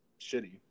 shitty